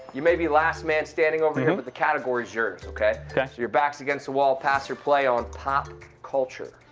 you may be last man standing over here but the category is yours. okay? okay. your your back is against the wall. pass or play on pop culture?